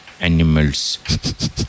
animals